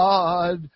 God